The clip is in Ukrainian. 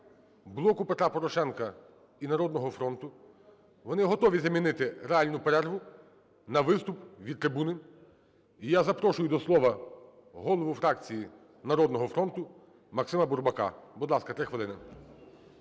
"Блоку Петра Порошенка" і "Народного фронту". Вони готові замінити реальну перерву на виступ від трибуни. І я запрошую до слова голову фракції "Народного фронту" Максима Бурбака. Будь ласка, 3 хвилини.